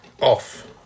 off